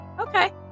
Okay